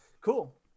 Cool